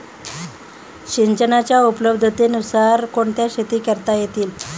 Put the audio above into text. सिंचनाच्या उपलब्धतेनुसार कोणत्या शेती करता येतील?